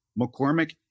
McCormick